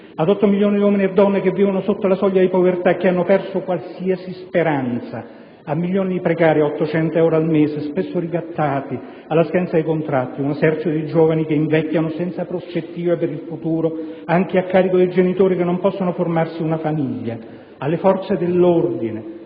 ad 8 milioni di uomini e donne che vivono sotto la soglia di povertà e che hanno perso qualsiasi speranza; a milioni di precari ad 800 euro al mese, spesso ricattati alla scadenza dei contratti, un esercito di giovani che invecchiano senza prospettive per il futuro, anche a carico dei genitori, e che non possono formarsi una famiglia; alle forze dell'ordine,